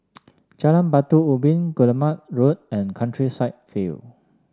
Jalan Batu Ubin Guillemard Road and Countryside View